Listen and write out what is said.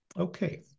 Okay